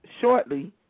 Shortly